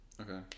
Okay